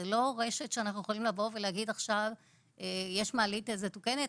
זאת לא רשת שאנחנו יכולים לבוא ולומר עכשיו שיש מעלית מתוקנת,